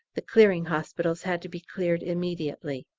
the clearing hospital had to be cleared immediately.